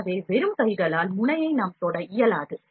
எனவே வெறும் கைகளால் முனைய நாம் தொட இயலாது